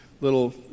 little